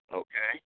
okay